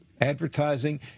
advertising